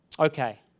Okay